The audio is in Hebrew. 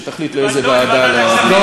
שתחליט לאיזו ועדה להעביר.